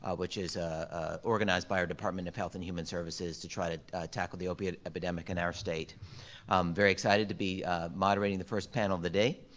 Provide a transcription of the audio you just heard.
which is organized by our department of health and human services to try to tackle the opioid epidemic in our state. i'm very excited to be moderating the first panel of the day.